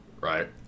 right